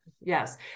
yes